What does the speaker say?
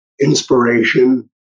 inspiration